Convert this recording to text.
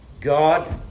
God